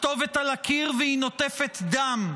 הכתובת על הקיר, והיא נוטפת דם.